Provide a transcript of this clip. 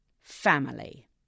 Family